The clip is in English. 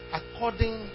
according